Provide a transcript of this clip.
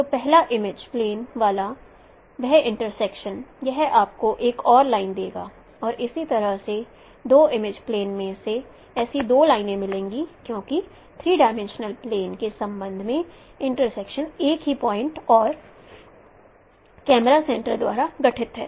तो पहला image plane वाला वह इंट्रसेक्शन यह आपको एक और लाइन देगा और इसी तरह से दो इमेज प्लेन में ऐसी दो लाइनें मिलेंगी क्योंकि थ्री डायमेंशनल प्लेन के संबंध में इंट्रसेक्शन एक ही पॉइंट और कैमरा सेंटरस द्वारा गठित है